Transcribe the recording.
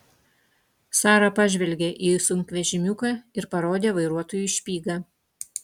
sara pažvelgė į sunkvežimiuką ir parodė vairuotojui špygą